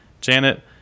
Janet